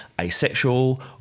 asexual